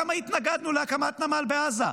כמה התנגדנו להקמת נמל בעזה?